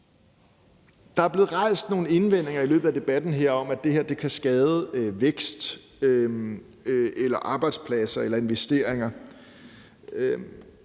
Der er blevet rejst nogle indvendinger i løbet af debatten her om, at det her kan skade vækst, arbejdspladser eller investeringer.